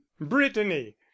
brittany